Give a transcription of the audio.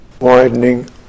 widening